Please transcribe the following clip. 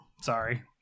sorry